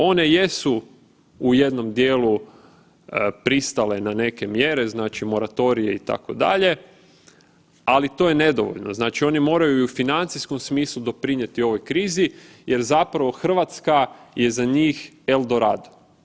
One jesu u jednom dijelu pristale na neke mjere, znači moratorije, itd., ali to je nedovoljno, znači oni moraju i u financijskom smislu doprinijeti ovoj krizi jer zapravo Hrvatska je za njih El Dorado.